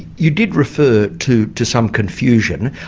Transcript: you did refer to to some confusion.